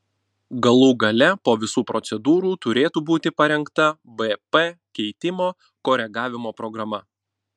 galų gale po visų procedūrų turėtų būti parengta bp keitimo koregavimo programa